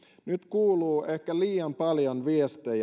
nyt kuuluu ehkä liian paljon viestejä